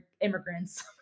immigrants